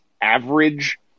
average